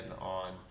on